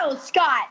Scott